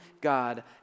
God